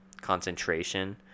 concentration